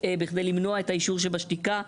בכדי למנוע את האישור שבשתיקה,